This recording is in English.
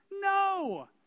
No